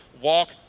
walk